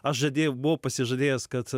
aš žadėjau buvau pasižadėjęs kad